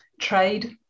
trade